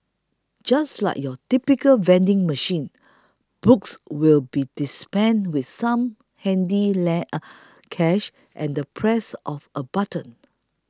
just like your typical vending machine books will be dispensed with some handy cash and the press of a button